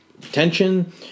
tension